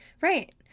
Right